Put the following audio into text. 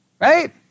right